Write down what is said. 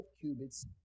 cubits